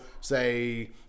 say